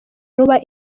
ruba